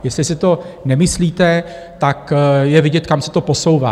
Jestli si to nemyslíte, tak je vidět, kam se to posouvá.